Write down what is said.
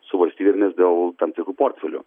su valstybėmis dėl tam tikrų portfelių